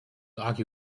argue